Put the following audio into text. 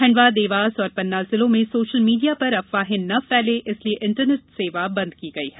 खंडवा और पन्ना जिलो में सोशल मीडिया पर अफवाहें न फैले इसलिये इंटरनेट सेवा बन्द की गई है